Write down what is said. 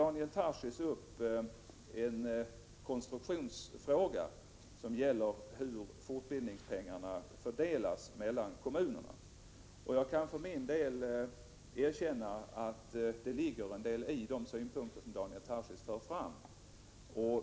Daniel Tarschys tar upp en konstruktionsfråga. Det gäller alltså hur fortbildningspengarna fördelas mellan kommunerna. Jag kan för min del 17 erkänna att det ligger en del i Daniel Tarschys synpunkter.